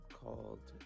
called